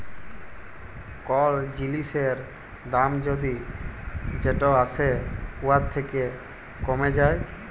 call জিলিসের দাম যদি যেট আসে উয়ার থ্যাকে কমে যায়